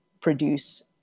produce